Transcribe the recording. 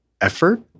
effort